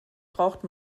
braucht